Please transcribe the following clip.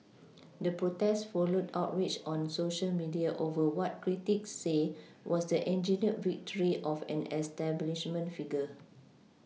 the protest followed outrage on Social media over what critics say was the engineered victory of an establishment figure